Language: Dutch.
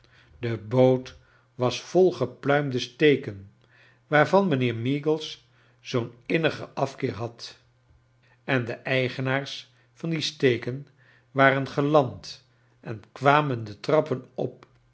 de boot was vol gepluimde steken waarvan mijnheer meagles zoo'n innigen atkeer had en de eigenaars van die steken waren geland en kwamen de trap pen op